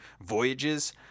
voyages